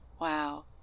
Wow